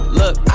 look